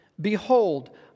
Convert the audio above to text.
behold